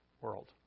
world